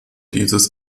dieses